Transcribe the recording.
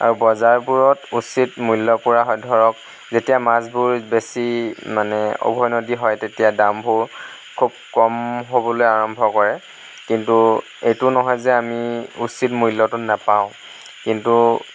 আৰু বজাৰবোৰত উচিত মূল্য পোৱা হয় ধৰক যেতিয়া মাছবোৰ বেছি মানে উভৈনদী হয় তেতিয়া দামবোৰ খুব কম হ'বলৈ আৰম্ভ কৰে কিন্তু এইটো নহয় যে আমি উচিত মূল্যটো নাপাওঁ কিন্তু